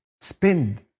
spend